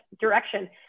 direction